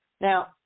Now